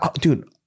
Dude